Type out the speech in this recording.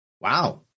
Wow